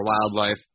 wildlife